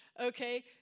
Okay